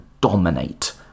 dominate